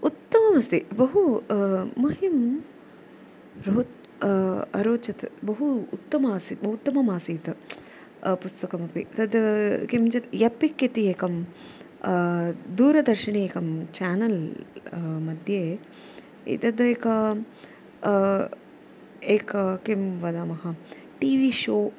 उत्तमम् अस्ति बहु मह्यं रो अरोचत् बहु उत्तमम् अस्ति बहु उत्तमम् आसीत् पुस्तकमपि तद् किञ्चित् यपिक् इति एकम् दूरदर्शने एकं चानल्मध्ये एतद् एकम् एकं किं वदामः टीवि शो